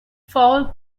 foul